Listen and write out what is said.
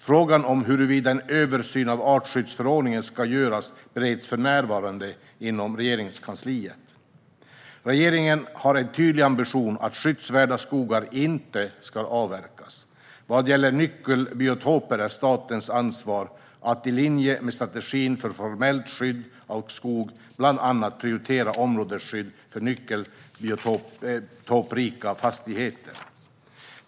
Frågan om huruvida en översyn av artskyddsförordningen ska göras bereds för närvarande inom Regeringskansliet. Regeringen har en tydlig ambition att skyddsvärda skogar inte ska avverkas. Vad gäller nyckelbiotoper är det statens ansvar att, i linje med strategin för formellt skydd av skog, bland annat prioritera områdesskydd för nyckelbiotopsrika fastigheter.